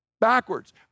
Backwards